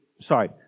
sorry